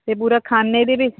ਅਤੇ ਪੁਰਾ ਖਾਨੇ ਦੇ ਵੀ